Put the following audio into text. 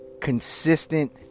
consistent